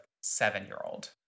seven-year-old